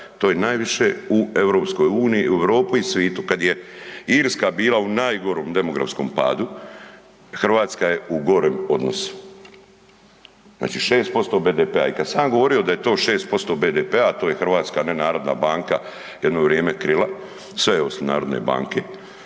to je najviše u EU, Europi i svitu. Kad je Irska bila u najgorem demografskom padu, Hrvatska je u gorem odnosu, znači 6% BDP-a i kad sam ja govorio da je to 6% BDP to je hrvatska nenarodna banka jedno vreme krila, sve je osim narodne banke,